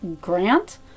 grant